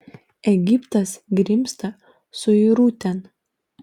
egiptas grimzta suirutėn